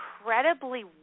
incredibly